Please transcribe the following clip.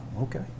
okay